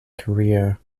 career